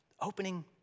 Opening